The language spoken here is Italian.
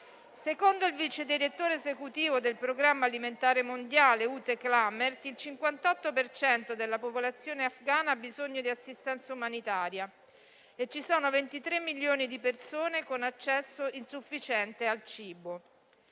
Secondo il vicedirettore esecutivo del Programma alimentare mondiale, *Ute* Klamert, il 58 per cento della popolazione afghana ha bisogno di assistenza umanitaria e ci sono 23 milioni di persone con accesso insufficiente al cibo.